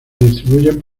distribuyen